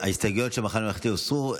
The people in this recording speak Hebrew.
ההסתייגויות של המחנה הממלכתי הוסרו.